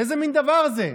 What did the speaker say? איזה מין דבר זה,